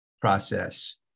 process